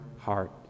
heart